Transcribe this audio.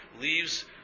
leaves